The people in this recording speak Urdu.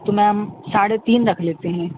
تو میم ساڑھے تین رکھ لیتے ہیں